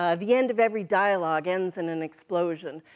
ah the end of every dialogue ends in an explosion,